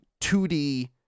2D